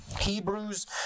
Hebrews